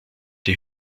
die